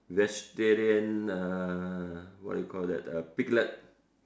vegetarian uh what do you call that uh piglet